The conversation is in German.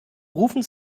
rufen